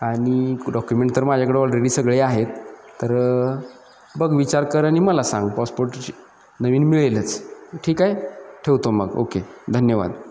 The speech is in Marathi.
आणि डॉक्युमेंट तर माझ्याकडे ऑलरेडी सगळे आहेत तर बघ विचार कर आणि मला सांग पासपोर्ट नवीन मिळेलच ठीक आहे ठेवतो मग ओके धन्यवाद